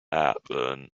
happen